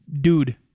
dude